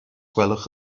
gwelwch